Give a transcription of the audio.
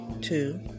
Two